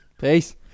peace